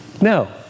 No